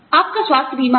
आपका स्वास्थ्य बीमा है